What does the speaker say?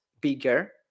bigger